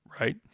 right